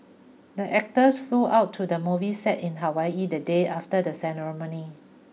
the actors flew out to the movie set in Hawaii the day after the ceremony